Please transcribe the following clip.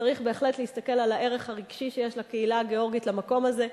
צריך בהחלט להסתכל על הערך הרגשי שיש לקהילה הגאורגית למקום הזה,